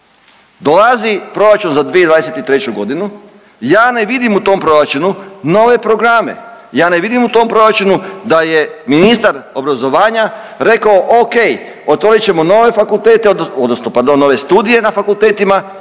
Dolazi proračun za 2023.g. ja ne vidim u tom proračunu nove programe, ja ne vidim u tom proračunu da je ministar obrazovanja rekao ok, otvorit ćemo nove fakultete odnosno pardon nove studije na fakultetima